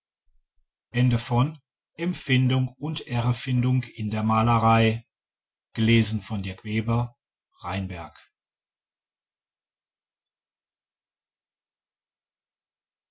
und erfindung in der malerei